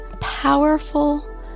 powerful